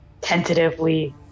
tentatively